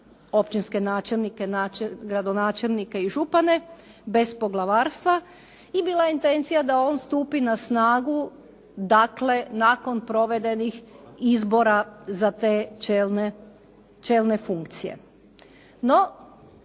općinske načelnike, gradonačelnike i župane bez poglavarstva i bila je intencija da on stupi na snagu, dakle nakon provedenih izbora za te čelne funkcije.